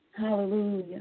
hallelujah